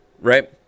right